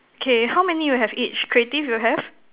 K how many you have each creative you have